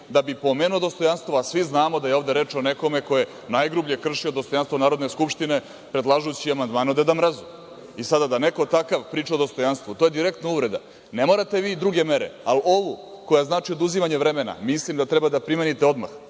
da bi pomenuo dostojanstvo, a svi znamo da je ovde reč o nekome ko je najgrublje kršio dostojanstvo Narodne skupštine predlažući amandmane Deda Mrazu. Sada da neko takav priča o dostojanstvu, to je direktna uvreda. Ne morate vi druge mere, ali ovu koja znači oduzimanje vremena mislim da treba da primenite odmah,